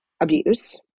abuse